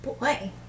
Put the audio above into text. Boy